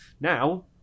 now